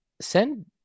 send